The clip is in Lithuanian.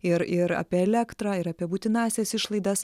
ir ir apie elektrą ir apie būtinąsias išlaidas